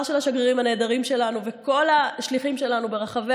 של השגרירים הנהדרים שלנו וכל השליחים שלנו ברחבי